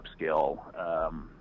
upscale